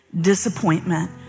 disappointment